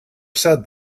said